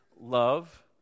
Love